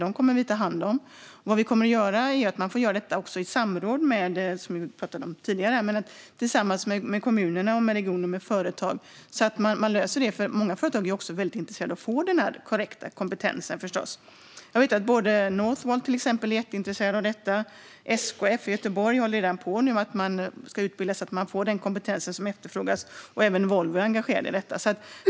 Detta kommer, som vi pratade om tidigare, att göras i samråd med och tillsammans med kommunerna, regionerna och företagen, så att vi löser det. Många företag är förstås också väldigt intresserade av att få den här korrekta kompetensen. Jag vet att till exempel Northvolt är jätteintresserat av detta. SKF i Göteborg håller redan på att utbilda så att man får den kompetens som efterfrågas. Även Volvo är engagerat i detta.